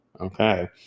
okay